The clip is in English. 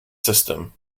system